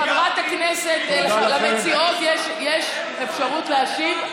לחברת הכנסת המציעות יש אפשרות להשיב,